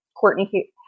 Courtney